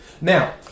Now